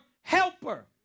helper